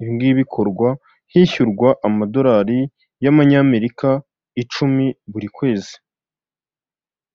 ibingibi bikorwa hishyurwa amadolari y'amanyamerika icumi buri kwezi.